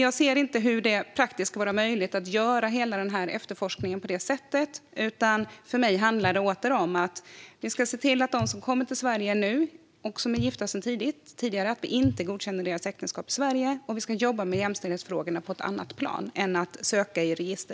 Jag ser inte hur det praktiskt ska vara möjligt att göra hela denna efterforskning på detta sätt. För mig handlar det i stället om att vi ska se till att vi inte godkänner äktenskapen i Sverige för dem som kommer hit nu och som är gifta sedan tidigare. Vi ska jobba med jämställdhetsfrågorna på ett annat plan än att söka i register.